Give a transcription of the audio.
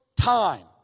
time